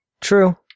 True